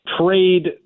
trade